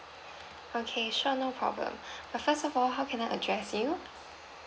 okay sure no problem uh first of all how can I address you